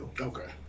Okay